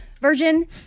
version